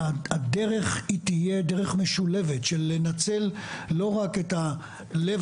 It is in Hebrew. והדרך היא תהיה דרך משולבת של לנצל לא רק את הלב